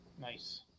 Nice